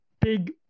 big